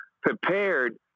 prepared